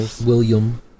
William